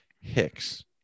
Hicks